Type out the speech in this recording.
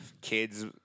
kids